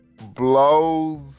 blows